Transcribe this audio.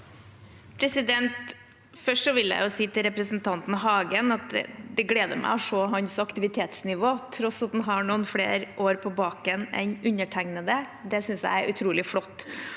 Først vil jeg si til representanten Hagen at det gleder meg å se hans aktivitetsnivå, til tross for at han har noen flere år på baken enn undertegnede. Det synes jeg er utrolig flott.